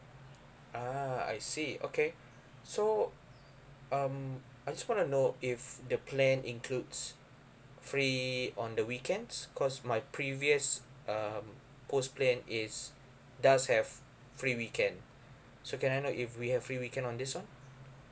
ah I see okay so um I just wanna know if the plan includes free on the weekends cause my previous uh post plan is does have free weekend so can I know if we have free weekend on this [one]